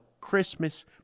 Christmas